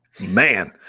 man